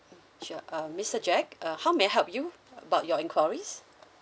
sure um mister jack uh how may I help you about your inquiries